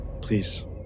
Please